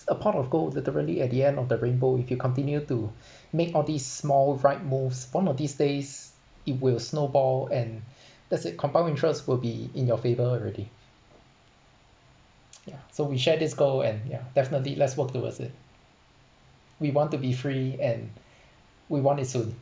a pot of gold literally at the end of the rainbow if you continue to make all these small right moves one of these days it will snowball and that's it compound interest will be in your favour already ya so we share this goal and ya definitely let's work towards it we want to be free and we want it soon